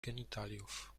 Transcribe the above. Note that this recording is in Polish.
genitaliów